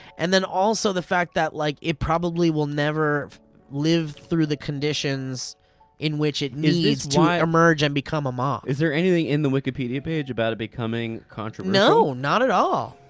and then also, the fact that like it probably will never live through the conditions in which it needs to emerge and become a moth. is there anything in the wikipedia page about it becoming controversial? no, not at all.